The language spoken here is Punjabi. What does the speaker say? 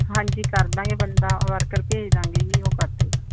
ਹਾਂਜੀ ਕਰ ਦੇਵਾਂਗੇ ਬੰਦਾ ਵਰਕਰ ਭੇਜ ਦੇਵਾਂਗੇ ਜੀ ਉਹ ਕਰ ਦੇਵੇਗਾ